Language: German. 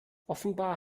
offenbar